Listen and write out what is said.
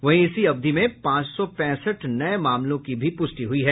वहीं इसी अवधि में पांच सौ पैंसठ नये मामलों की भी पुष्टि हुई है